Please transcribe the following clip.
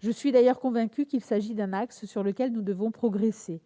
Je suis d'ailleurs convaincue qu'il s'agit d'un axe sur lequel nous devons progresser.